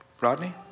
Rodney